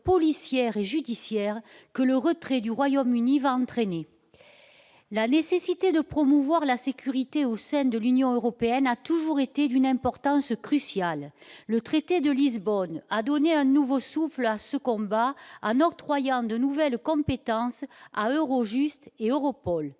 policière et judiciaire, que le retrait du Royaume-Uni va entraîner la nécessité de promouvoir la sécurité au sein de l'Union européenne a toujours été d'une importance cruciale, le traité de Lisbonne à donner un nouveau souffle à ce combat en octroyant de nouvelles compétences à Eurojust et Europol,